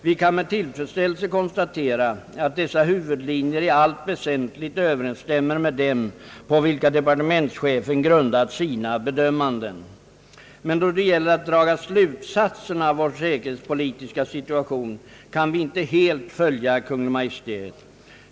Vi kan med tillfredsställelse konstatera, att dessa huvudlinjer i allt väsentligt överensstämmer med dem på vilka departementschefen grundat sina bedömanden. Men då det gäller att draga slutsatserna av vår säkerhetspolitiska situation, kan vi inte helt följa Kungl. Maj:t.